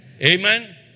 Amen